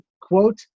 quote